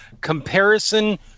Comparison